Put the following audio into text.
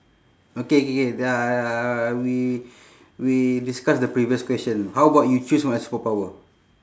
okay K K uh we we discuss the previous question how about you choose my superpower